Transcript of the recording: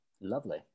Lovely